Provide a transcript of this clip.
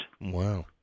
Wow